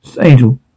Angel